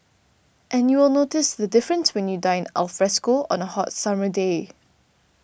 and you will notice the difference when you dine alfresco on a hot summer day